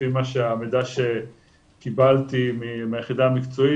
לפי המידע שקיבלתי מהיחידה המקצועית,